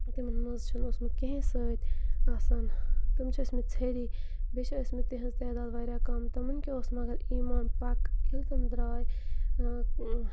تِمَن منٛز چھُنہٕ اوسمُت کِہیٖنۍ سۭتۍ آسان تِم چھِ ٲسۍمٕتۍ ژھیٚری بیٚیہِ چھِ ٲسۍمٕتۍ تِہنٛز تعداد واریاہ کَم تِمَن کیٛاہ اوس مگر ایمان پَکہٕ ییٚلہِ تٕم درٛاے